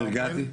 נרגעתי.